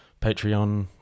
Patreon